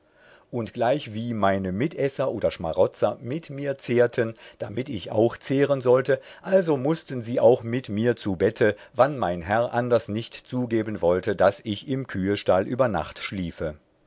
und gleichwie meine mitesser oder schmarotzer mit mir zehrten damit ich auch zehren sollte also mußten sie auch mit mir zu bette wann mein herr anders nicht zugeben wollte daß ich im kühestall über nacht schliefe